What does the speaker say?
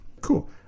Cool